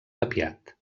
tapiat